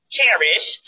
Cherish